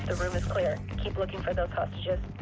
and room is clear. keep looking for those hostages.